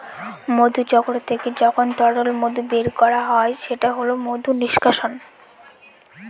মধুচক্র থেকে যখন তরল মধু বের করা হয় সেটা হল মধু নিষ্কাশন